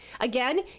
again